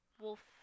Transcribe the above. Wolf